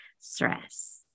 stress